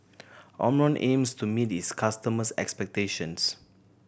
Omron aims to meet its customers' expectations